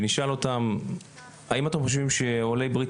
ונשאל אותם האם אתם חושבים שעולי ברית